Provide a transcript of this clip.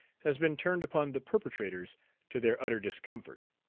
has been turned upon the perpetrators to their utter discomfort.